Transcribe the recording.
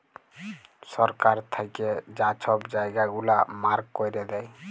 সরকার থ্যাইকে যা ছব জায়গা গুলা মার্ক ক্যইরে দেয়